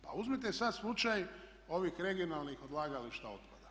Pa uzmite sad slučaj ovih regionalnih odlagališta otpada.